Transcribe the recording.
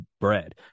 bread